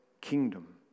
kingdom